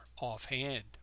offhand